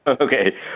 Okay